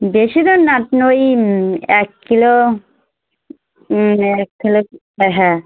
বেশি দাম না আপনি ওই এক কিলো এক কিলো হ্যাঁ